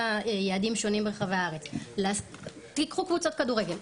יעדים שונים ברחבי הארץ - תקחו קבוצת כדורגל,